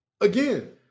Again